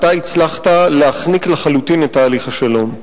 אתה הצלחת להחניק לחלוטין את תהליך השלום.